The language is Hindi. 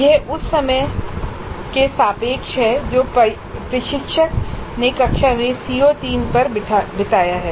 यह उस समय के सापेक्ष है जो प्रशिक्षक ने कक्षा में CO3 पर बिताया है